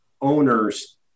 owners